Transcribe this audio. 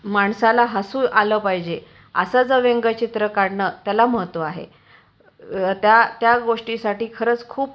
माणसाला हसू आलं पाहिजे असं जं व्यंगचित्र काढणं त्याला महत्त्व आहे त्या त्या गोष्टीसाठी खरंच खूप